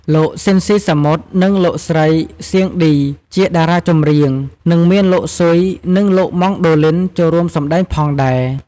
លោក ស៊ិន ស៊ីសាមុត និង លោកស្រី សៀង ឌី ជាតារាចម្រៀង និង មាន លោកស៊ុយ និងលោកម៉ង់ដូលីន ចូលរួមសម្តែងផងដែរ។